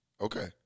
Okay